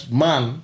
man